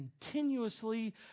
continuously